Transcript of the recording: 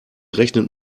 rechnet